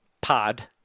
pod